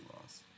loss